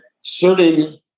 certain